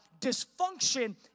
dysfunction